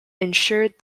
ensured